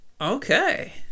okay